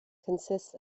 consists